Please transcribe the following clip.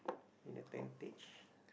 in a tentage